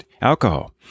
alcohol